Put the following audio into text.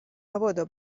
مبادا